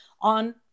on